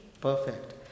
Perfect